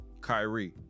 Kyrie